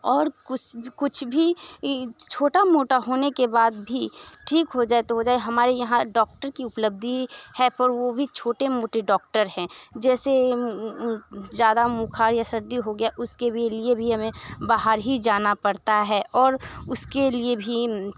और कुस कुछ भी छोटा मोटा होने के बाद भी ठीक हो जाए तो हो जाए हमारे यहाँ डॉक्टर की उपलब्धी है पर वो भी छोटे मोटे डॉक्टर हैं जैसे ज़्यादा बुख़ार या सर्दी हो गया उसके भी लिए भी हमें बाहर ही जाना पड़ता है और उसके लिए भी